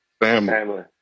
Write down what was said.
Family